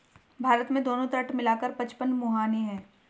भारत में दोनों तट मिला कर पचपन मुहाने हैं